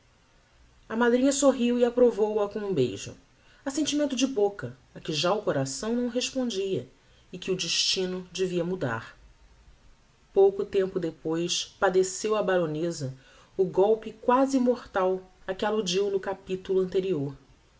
a madrinha sorriu e approvou a com um beijo assentimento de boca a que já o coração não respondia e que o destino devia mudar pouco tempo depois padeceu a baroneza o golpe quasi mortal a que alludiu no capitulo anterior